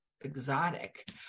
exotic